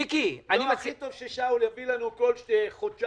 הכי טוב ששאול יביא לנו כל חודשיים-שלושה